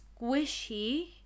Squishy